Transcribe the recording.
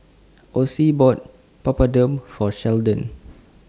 Ossie bought Papadum For Sheldon